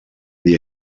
dia